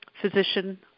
physician